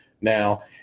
now